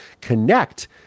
connect